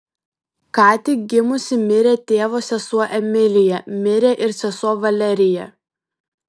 ką tik gimusi mirė tėvo sesuo emilija mirė ir sesuo valerija